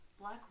Black